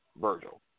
Virgil